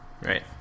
Right